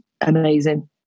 amazing